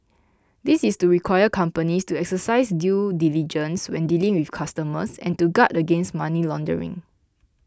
this is to require companies to exercise due diligence when dealing with customers and to guard against money laundering